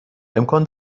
امکان